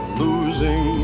losing